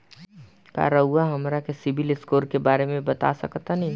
का रउआ हमरा के सिबिल स्कोर के बारे में बता सकत बानी?